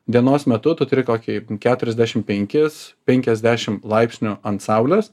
dienos metu tu turi kokį keturiasdešim penkis penkiasdešim laipsnių ant saulės